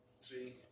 See